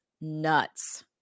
nuts